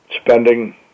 spending